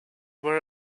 where